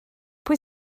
pwy